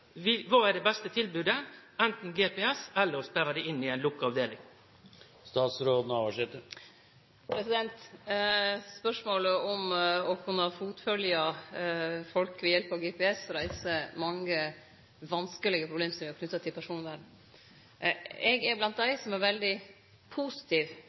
Kva er det beste tilbodet – anten GPS eller å sperre dei inne i ei lukka avdeling? Spørsmålet om å kunne fotfølgje folk ved hjelp av GPS reiser mange vanskelege problemstillingar knytte til personvernet. Eg er blant dei som er veldig positiv